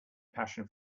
passion